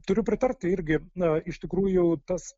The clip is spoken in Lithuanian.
turiu pritart irgi na iš tikrųjų tas